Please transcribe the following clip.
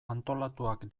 antolatuak